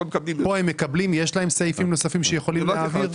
יש להם סעיפים נוספים שיכולים להעביר.